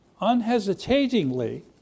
unhesitatingly